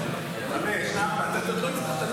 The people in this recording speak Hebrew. להעביר את הצעת חוק גירוש משפחות מחבלים,